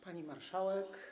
Pani Marszałek!